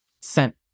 sent